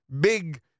big